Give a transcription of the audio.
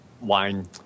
wine